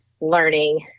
learning